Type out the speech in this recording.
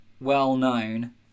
well-known